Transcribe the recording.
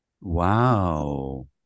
Wow